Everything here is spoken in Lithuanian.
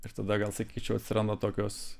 ir tada gal sakyčiau atsiranda tokios